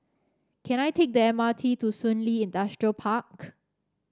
can I take the M R T to Shun Li Industrial Park